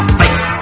face